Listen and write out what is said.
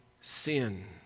sin